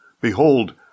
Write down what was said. Behold